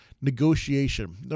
negotiation